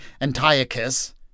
Antiochus